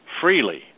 freely